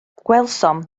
gwelsom